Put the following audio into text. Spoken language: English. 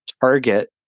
Target